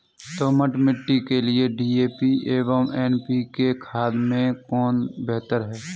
दोमट मिट्टी के लिए डी.ए.पी एवं एन.पी.के खाद में कौन बेहतर है?